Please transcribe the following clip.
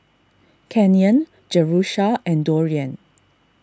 Canyon Jerusha and Dorian